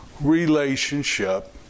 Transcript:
relationship